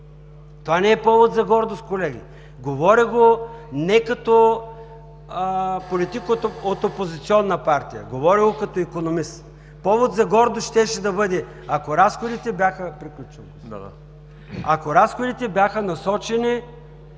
Това не е повод за гордост, колеги. Говоря го не като политик от опозиционна партия, говоря го като икономист. Повод за гордост щеше да бъде, ако разходите бяха насочени